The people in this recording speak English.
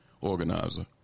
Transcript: organizer